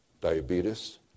diabetes